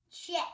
Check